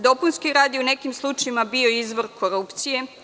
Dopunski rad je u nekim slučajevima bio izvor korupcije.